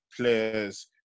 players